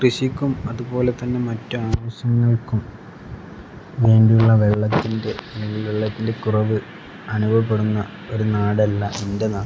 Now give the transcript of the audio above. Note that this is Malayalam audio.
കൃഷിക്കും അതുപോലെ തന്നെ മറ്റ ആവശ്യങ്ങൾക്കും വേണ്ടിയുള്ള വെള്ളത്തിൻ്റെ അല്ലെങ്കിൽ വെള്ളത്തിൻ്റെ കുറവ് അനുഭവപ്പെടുന്ന ഒരു നാടല്ല എൻ്റെ നാട്